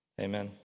Amen